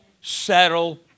settle